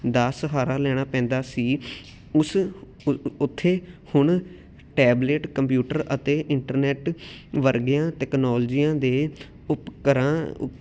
ਦਾ ਸਹਾਰਾ ਲੈਣਾ ਪੈਂਦਾ ਸੀ ਉਸ ਉ ਉੱਥੇ ਹੁਣ ਟੈਬਲੇਟ ਕੰਪਿਊਟਰ ਅਤੇ ਇੰਟਰਨੈਟ ਵਰਗੀਆਂ ਤਕਨੋਲਜੀ ਦੇ ਉਪਕਰਾਂ ਉ